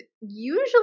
usually